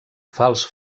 fals